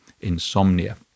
insomnia